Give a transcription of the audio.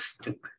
stupid